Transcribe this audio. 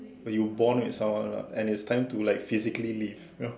when you bond with someone lah and it's time to like physically leave you know